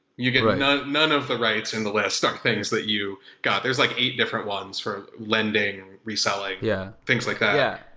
you get none none of the rights in the list of things that you got. there's like a different ones for lending, reselling, yeah things like that yeah.